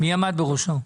מי עמד בראשו?